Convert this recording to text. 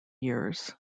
years